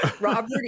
robert